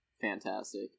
fantastic